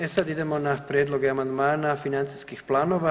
E sad idemo na prijedloge amandmana financijskih planova.